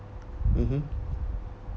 mmhmm